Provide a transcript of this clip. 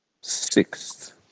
sixth